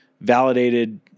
validated